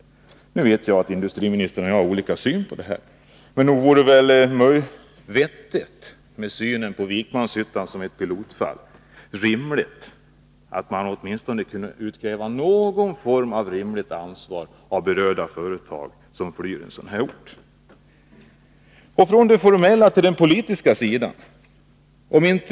Jag vet att industriministern och jag har olika syn på det här, men nog vore det väl vettigt och rimligt att betrakta Vikmanshyttan som ett pilotfall och utkräva åtminstone någon form av ansvar av de företag som flyr orten. Låt mig lämna den formella sidan av saken, och se på den politiska.